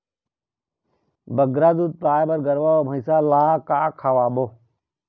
बगरा दूध पाए बर गरवा अऊ भैंसा ला का खवाबो?